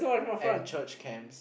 and church camps